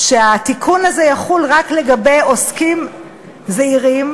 שהתיקון הזה יחול רק לגבי עוסקים זעירים,